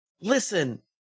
listen